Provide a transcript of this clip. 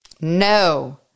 no